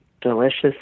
delicious